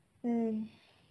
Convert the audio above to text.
!hais!